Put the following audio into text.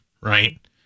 right